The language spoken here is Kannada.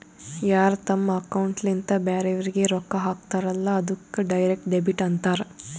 ಯಾರ್ ತಮ್ ಅಕೌಂಟ್ಲಿಂತ್ ಬ್ಯಾರೆವ್ರಿಗ್ ರೊಕ್ಕಾ ಹಾಕ್ತಾರಲ್ಲ ಅದ್ದುಕ್ ಡೈರೆಕ್ಟ್ ಡೆಬಿಟ್ ಅಂತಾರ್